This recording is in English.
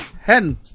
Hen